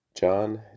John